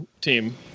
team